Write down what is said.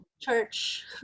church